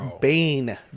Bane